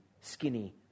skinny